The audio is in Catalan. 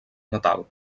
natal